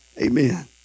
Amen